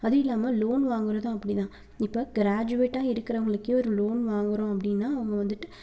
அதுவும் இல்லாமல் லோன் வாங்குறதும் அப்படிதான் இப்போ க்ராஜ்வேட்டாக இருக்கிறவங்களுக்கே லோன் வாங்குறோம் அப்படினா அவங்க வந்துட்டு